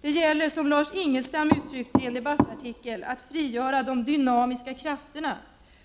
Det gäller, som Lars Ingelstam uttryckte det i en debattartikel, att ”frigöra de dynamiska krafterna”,